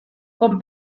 con